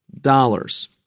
dollars